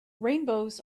rainbows